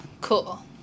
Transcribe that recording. Cool